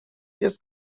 jest